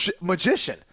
magician